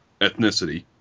ethnicity